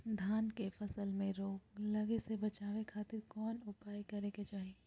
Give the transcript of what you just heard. धान के फसल में रोग लगे से बचावे खातिर कौन उपाय करे के चाही?